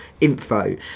info